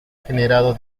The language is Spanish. generado